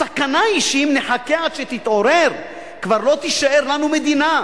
הסכנה היא שאם נחכה עד שתתעורר כבר לא תישאר לנו מדינה,